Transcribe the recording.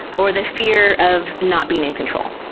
or the fear of not being in control.